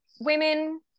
women